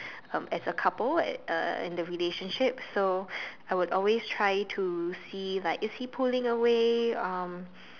um as a couple uh uh in the relationship so I would always try to see like is he pulling away um